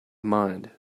mind